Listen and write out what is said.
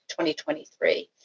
2023